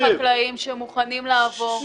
שוחחנו עם חקלאים שמוכנים לעבור, לנצל יתרון.